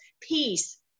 peace